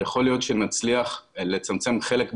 יכול להיות שנצליח לצמצם חלק מהבעיות.